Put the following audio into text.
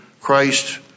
Christ